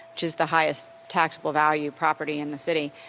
which is the highest taxable valued property in the city,